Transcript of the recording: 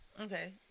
Okay